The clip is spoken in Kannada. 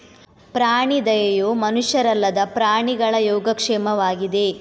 ಪ್ರಾಣಿ ದಯೆಯು ಮನುಷ್ಯರಲ್ಲದ ಪ್ರಾಣಿಗಳ ಯೋಗಕ್ಷೇಮವಾಗಿದೆ